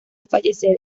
fallecer